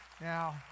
Now